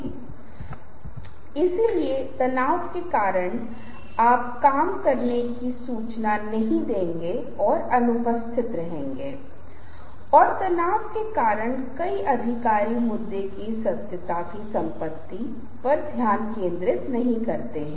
ये ऐसी चीजें हैं जिन्हें आपको समझना होगा और आप अपनी प्रस्तुति को छोटा या लंबा कर सकते हैं यह दर्शकों के व्यवहार की प्रकृति पर निर्भर करता है